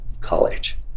college